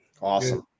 Awesome